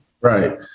right